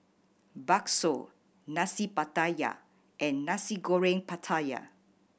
bakso Nasi Pattaya and Nasi Goreng Pattaya